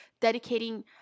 dedicating